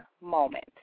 moment